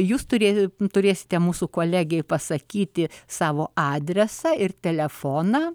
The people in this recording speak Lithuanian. jus turėsite turėsite mūsų kolegei pasakyti savo adresą ir telefoną